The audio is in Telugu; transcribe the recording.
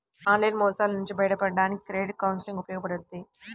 ఆన్లైన్ మోసాల నుంచి బయటపడడానికి క్రెడిట్ కౌన్సిలింగ్ ఉపయోగపడుద్ది